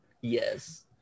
Yes